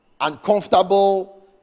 uncomfortable